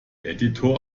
editor